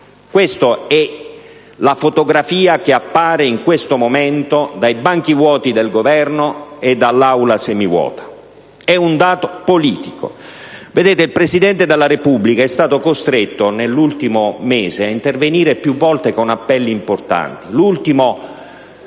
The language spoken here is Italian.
Questa è la fotografia che viene in questo momento dai banchi vuoti del Governo e dall'Aula semivuota. È un dato politico. Lo stesso Presidente della Repubblica è stato costretto nell'ultimo mese ad intervenire più volte con appelli importanti, nell'ultimo